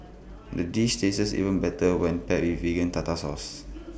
the dish tastes even better when paired with Vegan Tartar Sauce